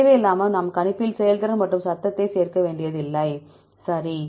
தேவையில்லாமல் நாம் கணிப்பில் செயல்திறன் மற்றும் சத்தத்தை சேர்க்க வேண்டியதில்லை சரி